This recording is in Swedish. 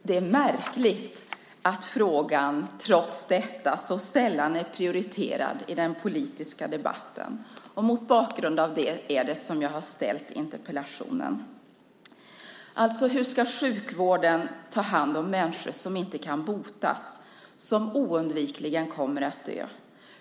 Det är märkligt att frågan trots detta så sällan är prioriterad i den politiska debatten, och det är mot bakgrund av det som jag har ställt interpellationen. Hur ska sjukvården ta hand om människor som inte kan botas och som oundvikligen kommer att dö?